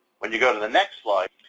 when you go to the next slide,